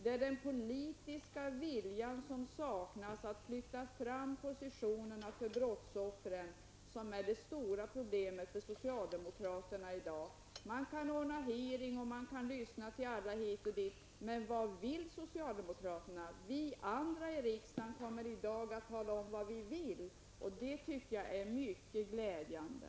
Det stora problemet för socialdemokraterna i dag är att den politiska viljan att flytta fram positionerna för brottsoffren saknas. Man ordnar hearing och man lyssnar till alla hit och dit, men vad vill socialdemokraterna? Vi andra i riksdagen kommer i dag att tala om vad vi vill. Det tycker jag är mycket glädjande.